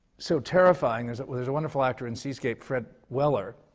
so terrifying. there's a wonderful actor in seascape, fred weller,